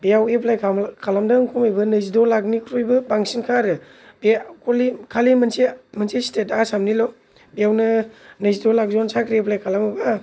बेयाव एफ्लाय खालामदों खमैबो नैजिद' लाखनिख्रुइबो बांसिनखा आरो बे खालि मोनसे स्थेथ आसामनिल' बेयावनो नैजिद' लाखजन साख्रि एप्लाय खालामोबा